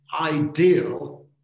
ideal